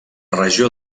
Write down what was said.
regió